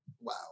Wow